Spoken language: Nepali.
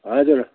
हजुर